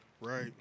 Right